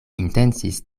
intencis